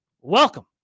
welcome